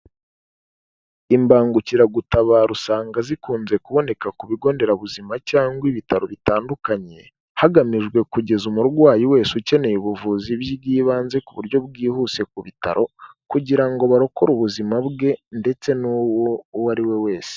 Imbangukiragutabara usanga zikunze kuboneka ku bigonderabuzima cyangwa ibitaro bitandukanye hagamijwe kugeza umurwayi wese ukeneye ubuvuzi bw'ibanze ku buryo bwihuse ku bitaro kugira ngo barokore ubuzima bwe ndetse n'uwo uwo ari we wese.